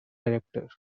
director